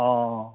অঁ